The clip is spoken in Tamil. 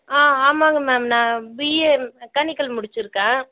ஆ ஆமாங்க மேம் நான் பிஇ மெக்கானிக்கல் முடிச்சுருக்கேன்